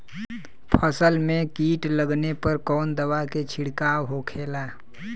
फसल में कीट लगने पर कौन दवा के छिड़काव होखेला?